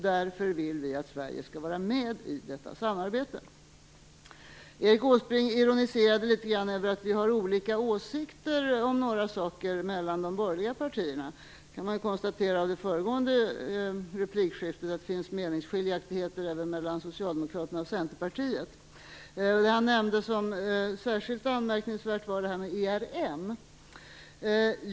Därför vill vi att Sverige skall vara med i detta samarbete. Erik Åsbrink ironiserade litet grand över att vi i de borgerliga partierna har olika åsikter om några saker. Man kan då konstatera av det föregående replikskiftet att det finns meningsskiljaktigheter även mellan Socialdemokraterna och Centerpartiet. Det jag nämnde som särskilt anmärkningsvärt var frågan om ERM.